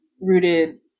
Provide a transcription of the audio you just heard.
rooted